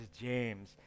James